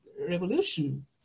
revolution